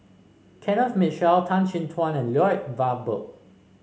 Kenneth Mitchell Tan Chin Tuan and Lloyd Valberg